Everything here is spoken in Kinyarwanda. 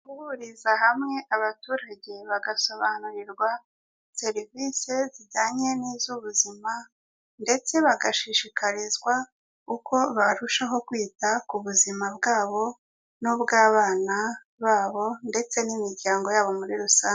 Guhuriza hamwe abaturage bagasobanurirwa serivisi zijyanye n'iz'ubuzima ndetse bagashishikarizwa uko barushaho kwita ku buzima bwabo n'ubw'abana babo ndetse n'imiryango yabo muri rusange